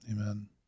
Amen